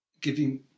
giving